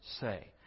say